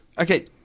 Okay